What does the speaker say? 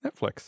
Netflix